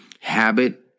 habit